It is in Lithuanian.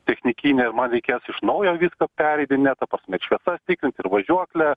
technikinę ir man reikės iš naujo viską pereiti ne ta prasme šviesas tikrins ir važiuoklę